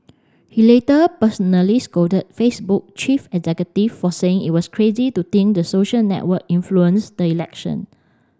he later personally scolded Facebook chief executive for saying it was crazy to think the social network influenced the election